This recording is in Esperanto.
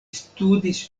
studis